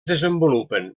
desenvolupen